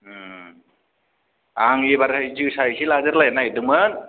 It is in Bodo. ओम आं एबारहाय जोसा एसे लादेरलायनो नागिरदोंमोन